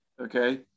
Okay